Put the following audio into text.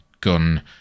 gun